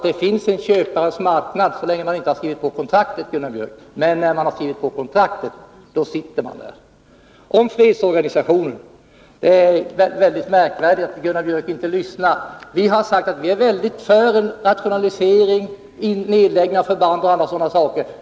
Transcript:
Det finns en köparens marknad, Gunnar Björk, så länge man inte skrivit på något kontrakt. Men när man skrivit på kontraktet, då sitter man där. När det gäller fredsorganisationen tycker jag att det är väldigt märkvärdigt att Gunnar Björk inte lyssnar på vad man säger. Vi har sagt att vi är för en rationalisering, nedläggning av förband och annat sådant.